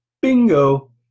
bingo